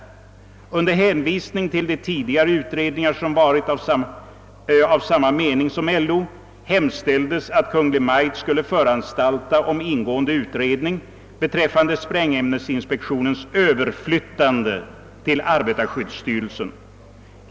Under hänvisning till de tidigare utredningar som varit av samma mening som LO, hemställdes att Kungl. Maj:t måtte föranstalta om ingående utredning beträffande sprängämnesinspektionens överflyttande till arbetarskyddsstyrelsen.